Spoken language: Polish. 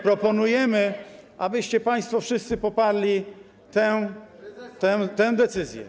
Proponujemy, abyście państwo wszyscy poparli tę decyzję.